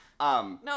No